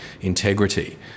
integrity